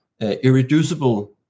irreducible